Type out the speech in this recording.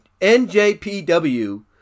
NJPW